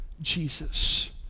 Jesus